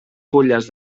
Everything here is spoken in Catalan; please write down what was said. fulles